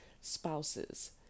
spouses